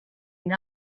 une